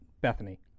Bethany